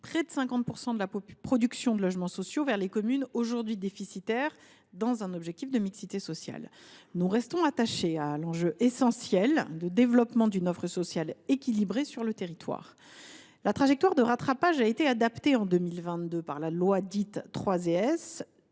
près de 50 % de la production de logements sociaux vers les communes aujourd’hui déficitaires, dans un objectif de mixité sociale. Nous restons attachés à l’enjeu essentiel de développement d’une offre sociale équilibrée sur le territoire. La trajectoire de rattrapage a été adaptée en 2022, dans la loi relative